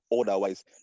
otherwise